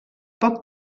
poc